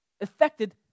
affected